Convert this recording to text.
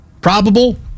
Probable